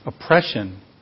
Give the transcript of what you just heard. oppression